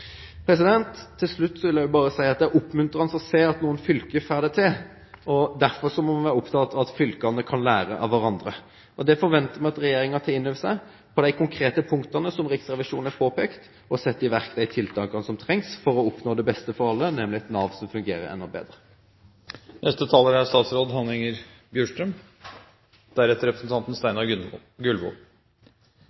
Til slutt vil jeg bare si at det er oppmuntrende å se at noen fylker får det til. Derfor må vi være opptatt av at fylkene kan lære av hverandre. Vi forventer at regjeringen tar inn over seg de konkrete punktene som Riksrevisjonen har påpekt, og setter i verk de tiltakene som trengs for å oppnå det beste for alle, nemlig et Nav som fungerer enda bedre. I Riksrevisjonens undersøkelse med data fra 2009 og 2010 går det fram at det er